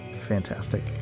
fantastic